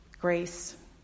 grace